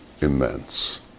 immense